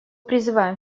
призываем